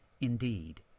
Indeed